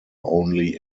only